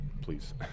please